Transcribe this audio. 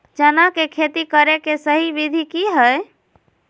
चना के खेती करे के सही विधि की हय?